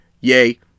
Yay